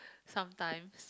sometimes